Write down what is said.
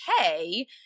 okay